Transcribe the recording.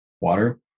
water